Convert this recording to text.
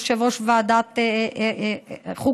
יושב-ראש ועדת חוקה,